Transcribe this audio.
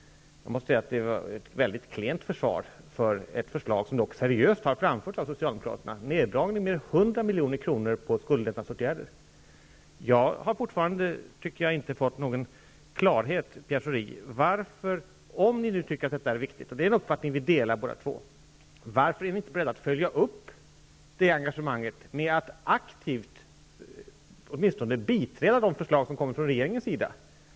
Jag måste säga att det var ett mycket klent försvar för ett förslag som dock seriöst har framförts av Jag tycker att jag fortfarande inte har fått någon klarhet i, Pierre Schori, varför ni om ni nu tycker att detta är viktigt -- vilket är en uppfattning vi båda två delar -- inte är beredda att följa upp det engagemanget med att åtminstone aktivt biträda de förslag som kommer från regeringen.